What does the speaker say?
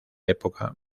época